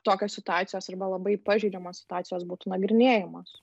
tokios situacijos arba labai pažeidžiamos situacijos būtų nagrinėjamos